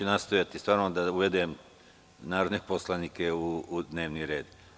Nastojaću da uvedem narodne poslanike u dnevni red.